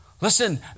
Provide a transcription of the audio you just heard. Listen